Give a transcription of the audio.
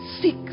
seek